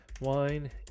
wine